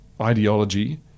ideology